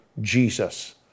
Jesus